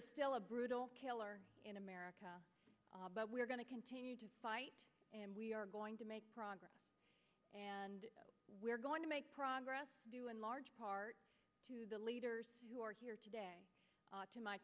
is still a brutal killer in america but we're going to continue to fight and we are going to make progress and we're going to make progress in large part to the leaders who are here today to my